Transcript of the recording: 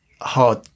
hard